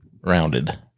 rounded